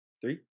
three